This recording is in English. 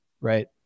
Right